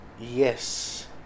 yes